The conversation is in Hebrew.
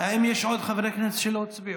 האם יש עוד חברי כנסת שלא הצביעו?